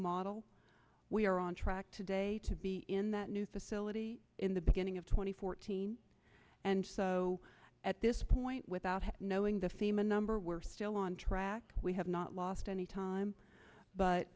model we are on track today to be in that new facility in the beginning of two thousand and fourteen and so at this point without knowing the famous number we're still on track we have not lost any time but